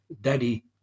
daddy